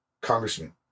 congressman